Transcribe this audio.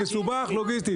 מסובך לוגיסטית.